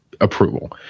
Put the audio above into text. approval